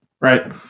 right